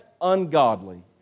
ungodly